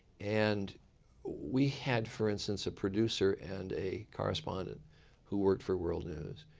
and we had for instance a producer and a correspondent who worked for world news.